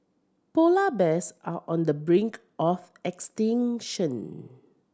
polar bears are on the brink of extinction